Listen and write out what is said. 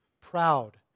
proud